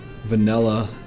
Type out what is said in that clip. Vanilla